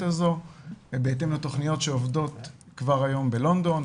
הזאת ובהתאם לתכניות שעובדות כבר היום בלונדון,